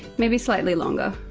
maybe slightly longer,